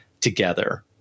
together